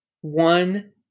One